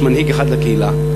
יש מנהיג אחד לקהילה,